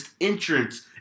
entrance